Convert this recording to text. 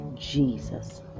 Jesus